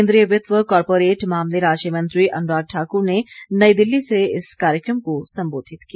केंद्रीय वित्त व कारपोरेट मामले राज्य मंत्री अनुराग ठाकुर ने नई दिल्ली से इस कार्यक्रम को संबोधित किया